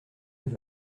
neuf